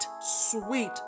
Sweet